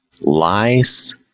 lice